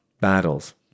battles